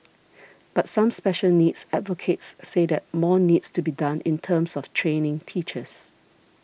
but some special needs advocates say that more needs to be done in terms of training teachers